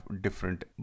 different